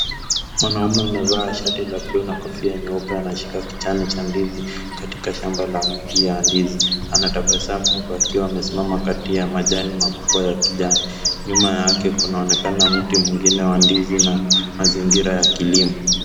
Mwanaume amevaa shati la bluu na kofia nyeupe anashika kichana cha ndizi katika shamba la mti ya ndizi, anatabasamu huku akiwa amesimama kati ya majani makubwa ya kijani .Nyuma yake kunaonekana mti mwingine wa ndizi na mazingira ya kilimo.